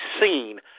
seen